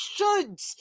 shoulds